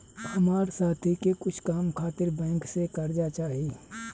हमार साथी के कुछ काम खातिर बैंक से कर्जा चाही